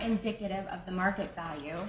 indicative of the market value